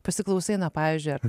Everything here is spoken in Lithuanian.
pasiklausai na pavyzdžiui ar